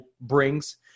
brings